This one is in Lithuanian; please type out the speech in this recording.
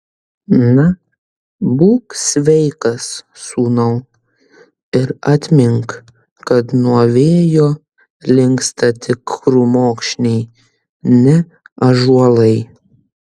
na būk sveikas sūnau ir atmink kad nuo vėjo linksta tik krūmokšniai ne ąžuolai